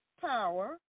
power